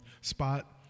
spot